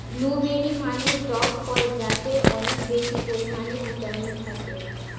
blueberry মানে টক ফল যাতে অনেক বেশি পরিমাণে ভিটামিন থাকে